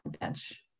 bench